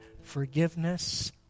forgiveness